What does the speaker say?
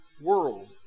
world